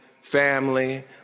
family